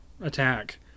attack